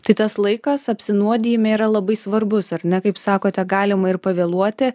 tai tas laikas apsinuodijime yra labai svarbus ar ne kaip sakote galima ir pavėluoti